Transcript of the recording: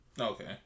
Okay